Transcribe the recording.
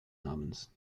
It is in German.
namens